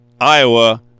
Iowa